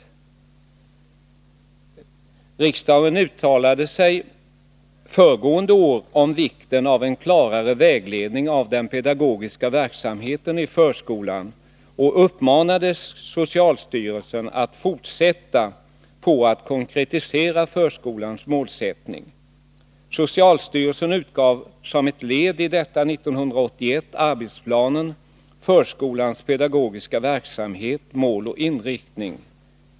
Och riksdagen uttalade sig föregående år om vikten av klarare vägledning för den pedagogiska verksamheten i förskolan och uppmanade socialstyrelsen att fortsätta med att konkretisera förskolans målsättning. Socialstyrelsen utgav som ett led i detta 1981 arbetsplanen Förskolans pedagogiska verksamhet — mål och inriktning.